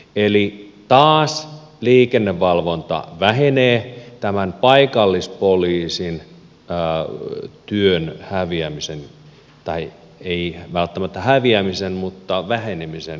eli taas liikennevalvonta vähenee tämän paikallispoliisin työn häviämisen tai ei välttämättä häviämisen mutta vähenemisen johdosta